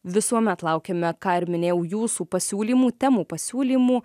visuomet laukiame ką ir minėjau jūsų pasiūlymų temų pasiūlymų